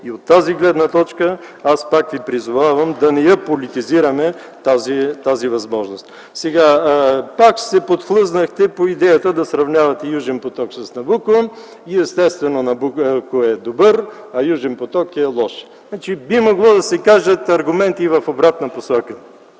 От тази гледна точка аз пак ви призовавам да не я политизираме тази възможност. Пак се подхлъзнахте по идеята да сравнявате „Южен поток” с „Набуко”. Естествено, ако „Набуко” е добър, „Южен поток” е лош. Би могло да се кажат аргументи и в обратна посока.